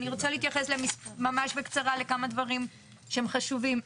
אני רוצה להתייחס ממש בקצרה לכמה דברים שהם חשובים.